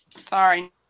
Sorry